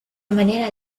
manera